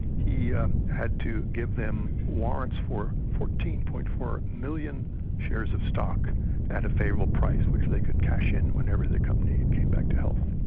he had to give them warrants for fourteen. four million shares of stock at a favourable price, which they could cash in whenever the company came back to health.